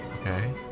okay